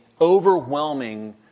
overwhelming